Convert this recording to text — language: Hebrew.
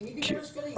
מי דיבר על שקרים?